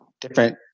different